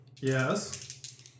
Yes